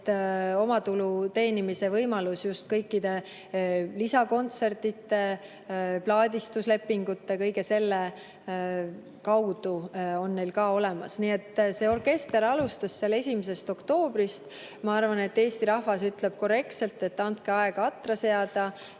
Omatulu teenimise võimalus just lisakontsertide, plaadistuslepingute, kõige selle kaudu on neil ka olemas. See orkester alustas 1. oktoobrist. Eesti rahvas ütleb korrektselt, et andke aega atra seada.